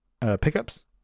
pickups